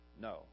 No